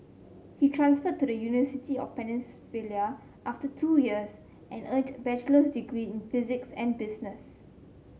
he transferred to the University of after two years and earned bachelor's degrees in physics and business